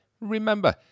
Remember